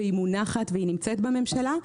היא מונחת והיא נמצאת בממשלה.